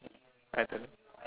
I don't know